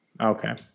okay